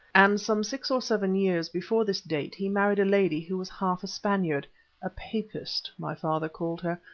and some six or seven years before this date he married a lady who was half a spaniard a papist, my father called her.